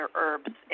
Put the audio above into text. herbs